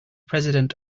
president